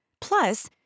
Plus